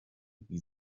wie